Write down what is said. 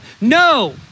No